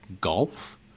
golf